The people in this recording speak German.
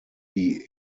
die